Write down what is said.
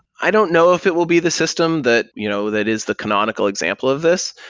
i don't know if it will be the system that you know that is the canonical example of this.